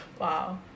Wow